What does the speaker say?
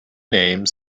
name